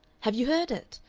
have you heard it?